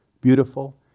Beautiful